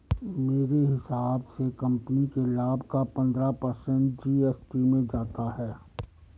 मेरे हिसाब से कंपनी के लाभ का पंद्रह पर्सेंट जी.एस.टी में जाता है